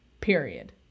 period